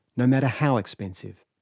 no matter how expensive.